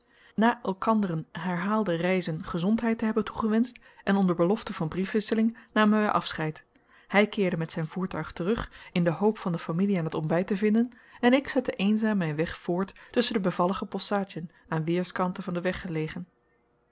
na elkanderen herhaalde reizen gezondheid te hebben toegewenscht en onder belofte van briefwisseling namen wij afscheid hij keerde met zijn voertuig terug in de hoop van de familie aan het ontbijt te vinden en ik zette eenzaam mijn weg voort tusschen de bevallige bosschaadjen aan weêrskanten van den weg gelegen